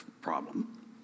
problem